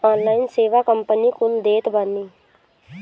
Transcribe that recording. online सेवा company कुल देत बानी